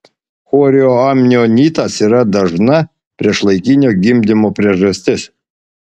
chorioamnionitas yra dažna priešlaikinio gimdymo priežastis